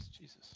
Jesus